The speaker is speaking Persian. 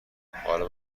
حالا